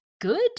good